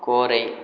கோரை